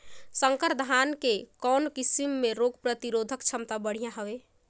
संकर धान के कौन किसम मे रोग प्रतिरोधक क्षमता बढ़िया हवे?